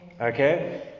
Okay